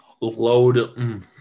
load